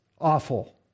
awful